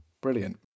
brilliant